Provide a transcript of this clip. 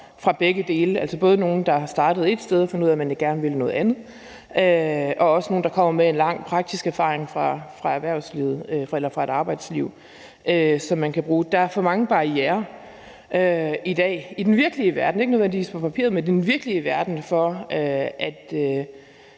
fra, altså det er både dem, der er startet et sted og har fundet ud af, at de gerne vil noget andet, og også dem, der kommer med en lang praktisk erfaring fra erhvervslivet eller fra et arbejdsliv, som de kan bruge. Der er for mange barrierer i den virkelige verden i dag, altså ikke nødvendigvis på papiret, men i den virkelige verden, i